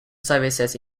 services